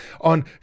on